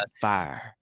fire